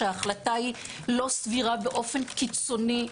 שההחלטה היא לא סבירה באופן קיצוני וחריג,